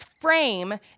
frame